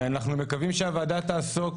אנחנו מקווים שהוועדה תעסוק